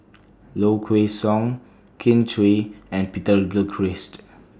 Low Kway Song Kin Chui and Peter Gilchrist